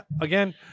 again